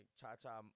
cha-cha